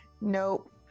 Nope